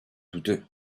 douteux